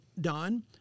done